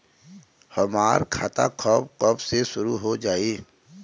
हमार खाता कब से शूरू हो जाई?